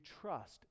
trust